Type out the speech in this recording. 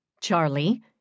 Charlie